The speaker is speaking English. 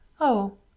Oh